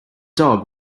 dog